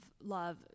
Love